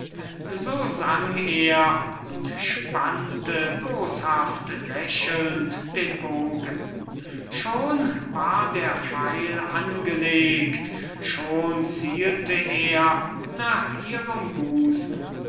so sang er und spannte boshaft lächelnd den bogen schon war der pfeil angelegt schon zielte er nach ihrem leichtbedeckten busen